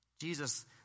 Jesus